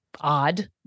odd